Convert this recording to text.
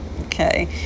okay